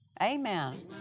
Amen